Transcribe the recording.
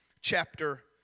chapter